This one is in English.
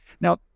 now